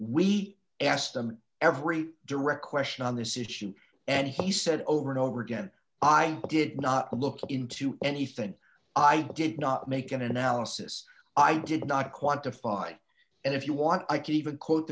we asked them every direct question on this issue and he said over and over again i did not look into anything i did not make an analysis i did not quantify and if you want i can even quote